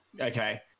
okay